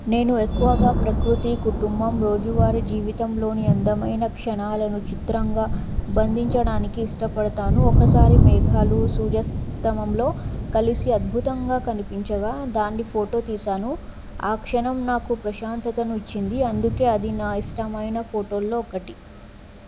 నేను ఎక్కువగా ప్రకృతి కుటుంబం రోజువారి జీవితంలోని అందమైన క్షణాలను చిత్రంగా బంధించడానికి ఇష్టపడతాను ఒకసారి మేఘాలు సూర్యాస్తమంలో కలిసి అద్భుతంగా కనిపించగా దాన్ని ఫోటో తీశాను ఆ క్షణం నాకు ప్రశాంతతను ఇచ్చింది అందుకే అది నా ఇష్టమైన ఫోటోల్లో ఒకటి